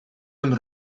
hun